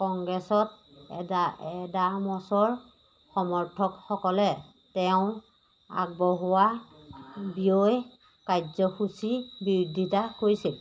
কংগ্ৰেছত এডামছৰ সমৰ্থকসকলে তেওঁ আগবঢ়োৱা ব্যয় কাৰ্য্যসূচীৰ বিৰোধিতা কৰিছিল